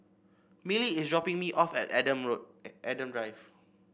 Millie is dropping me off at Adam Road Adam Drive